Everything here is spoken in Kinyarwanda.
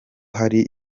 hari